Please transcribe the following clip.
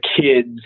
kids